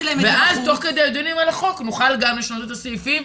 ואז תוך כדי הדיונים על החוק נוכל גם לשנות את הסעיפים